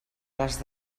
les